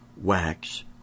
wax